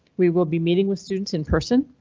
we will be meeting with students in person